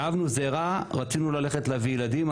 שאבנו זרע, רצינו ללכת להביא ילדים.